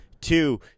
two